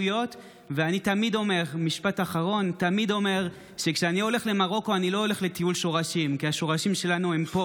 אני מתעסק לא מעט בלהנכיח את המסורות של כל הגלויות שהגיעו לפה,